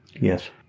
Yes